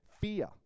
fear